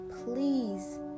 please